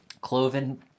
Cloven